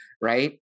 right